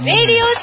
Radio